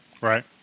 Right